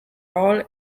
role